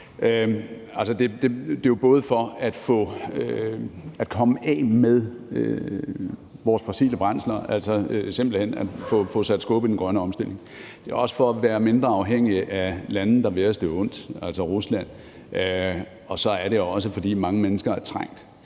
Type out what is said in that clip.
det er jo både for at få komme af med vores fossile brændsler, altså simpelt hen at få sat skub i den grønne omstilling, og også for at være mindre afhængig af lande, der er vil os det ondt, altså Rusland. Og så er det også, fordi mange mennesker er trængt.